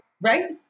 Right